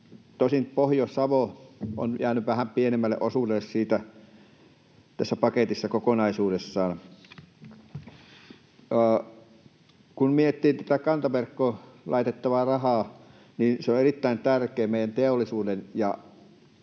Tosin Pohjois-Savo on jäänyt vähän pienemmälle osuudelle tästä paketista kokonaisuudessaan. Kun miettii tätä kantaverkkoon laitettavaa rahaa, niin on erittäin tärkeää meidän vientiteollisuuden